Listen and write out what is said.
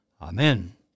Amen